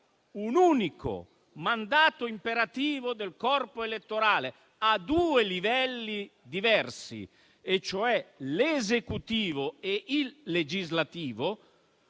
un unico mandato imperativo del corpo elettorale a due livelli diversi (l'esecutivo e il legislativo),